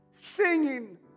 singing